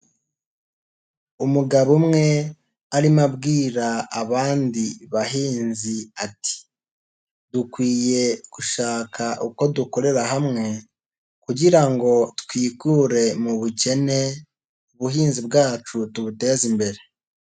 Umugabo umwe arimo abwira abandi bahinzi ati "dukwiye gushaka uko dukorera hamwe, kugira ngo twikure mu bukene, ubuhinzi bwacu tubuteze imbere."